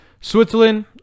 Switzerland